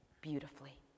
beautifully